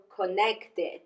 connected